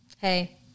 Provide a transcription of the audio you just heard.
hey